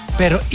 pero